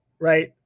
right